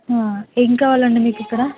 ఏం కావాలి అండి మీకు ఇక్కడ